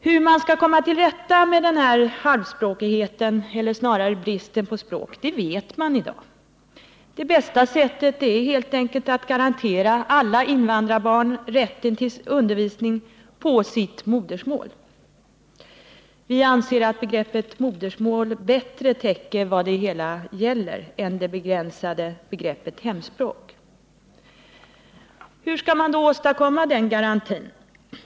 Hur man skall komma till rätta med denna halvspråkighet — eller snarare brist på språk — vet man i dag. Det bästa sättet är helt enkelt att garantera alla invandrarbarn rätten till undervisning på sitt modersmål — vi anser att begreppet modersmål bättre täcker vad det hela gäller än det begränsade begreppet hemspråk. Hur skall man då åstadkomma den garantin?